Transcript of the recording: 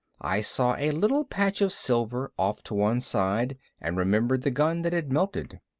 i saw a little patch of silver off to one side and remembered the gun that had melted.